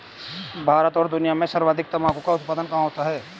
भारत और दुनिया भर में सर्वाधिक तंबाकू का उत्पादन कहां होता है?